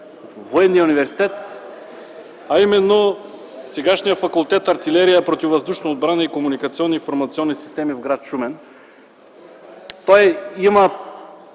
Военния университет, а именно сегашния Факултет „Артилерия, противовъздушна отбрана и комуникационни и информационни системи” в гр. Шумен. Той има